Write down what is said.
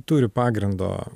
turi pagrindo